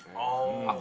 oh,